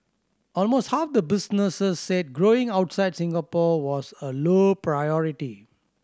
almost half the businesses said growing outside Singapore was a low priority